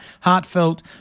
heartfelt